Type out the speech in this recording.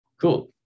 Cool